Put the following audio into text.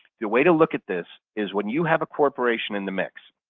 the way to look at this is when you have a corporation in the mix.